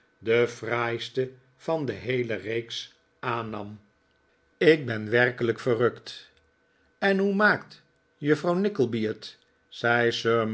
de fraaiste van de heele reeks aannam ik ben werkemevrouw wititterly ontvangt hoog bezoek lijk verrukt en hoe maakt juffrouw nickleby het